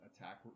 attack